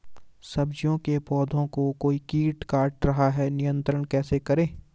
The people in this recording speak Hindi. सब्जियों के पौधें को कोई कीट काट रहा है नियंत्रण कैसे करें?